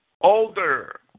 older